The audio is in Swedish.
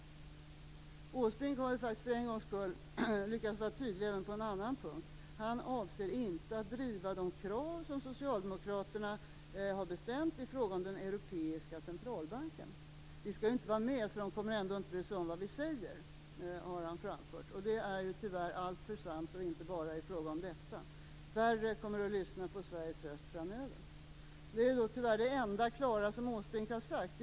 Erik Åsbrink har faktiskt för en gångs skull lyckats vara tydlig även på en annan punkt. Han avser inte att driva de krav som Socialdemokraterna har bestämt i fråga om den europeiska centralbanken. Han har framfört att vi ju inte skall vara med, så de kommer ändå inte att bry sig om vad vi säger. Det är tyvärr alltför sant och inte bara i fråga om detta. Färre kommer att lyssna på Sveriges röst framöver. Detta är tyvärr det enda klara som Erik Åsbrink har sagt.